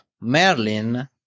Merlin